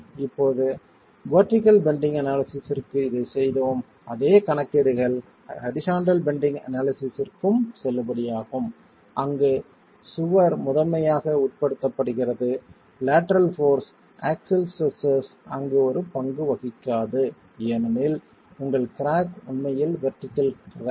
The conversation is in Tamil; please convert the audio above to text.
இப்போது வெர்டிகள் பெண்டிங் அனாலிசிஸ்ற்கு இதைச் செய்தோம் அதே கணக்கீடுகள் ஹரிசாண்டல் பெண்டிங் அனாலிசிஸ்ற்கும் செல்லுபடியாகும் அங்கு சுவர் முதன்மையாக உட்படுத்தப்படுகிறது லேட்டரல் போர்ஸ் ஆக்ஸில் ஸ்ட்ரெஸ்ஸஸ் அங்கு ஒரு பங்கு வகிக்காது ஏனெனில் உங்கள் கிராக் உண்மையில் வெர்டிகள் கிராக்